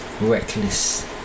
Reckless